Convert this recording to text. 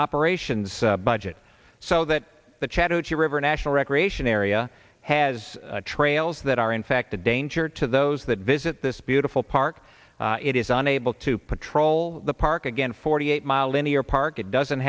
operations budget so that the chattahoochee river national recreation area has trails that are in fact a danger to those that visit this beautiful park it is unable to patrol the park again forty eight mile linear park it doesn't